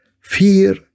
Fear